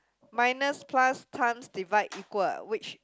minus plus times divide equal which